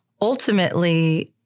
ultimately